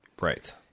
Right